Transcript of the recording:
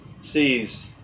sees